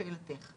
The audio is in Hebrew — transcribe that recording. לשאלתך?